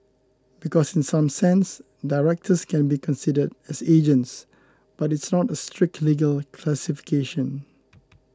because in some sense directors can be considered as agents but it's not a strict legal classification